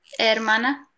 hermana